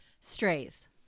Strays